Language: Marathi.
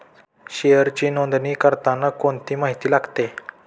शेअरची नोंदणी करताना कोणती माहिती लागते?